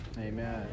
Amen